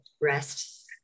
rest